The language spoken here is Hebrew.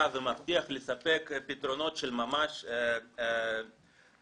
ומבטיח לספק פתרונות של ממש לבעיות